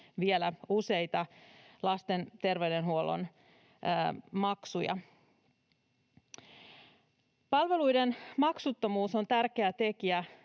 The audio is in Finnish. vielä useita lasten terveydenhuollon maksuja. Palveluiden maksuttomuus on tärkeä tekijä